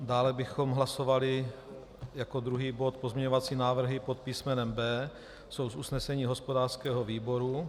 Dále bychom hlasovali jako druhý bod pozměňovací návrhy pod písmenem B. Jsou z usnesení hospodářského výboru.